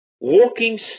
walking